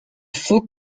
faut